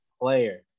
player